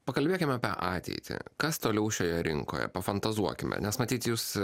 pakalbėkime apie ateitį kas toliau šioje rinkoje pafantazuokime nes matyt jūs